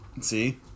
See